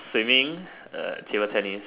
swimming uh table tennis